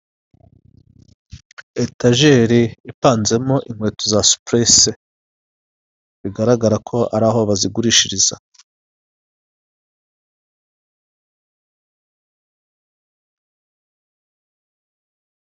Etajeri ipanzemo inkweto za supurese, bigaragara ko ari aho bazigurishiriza.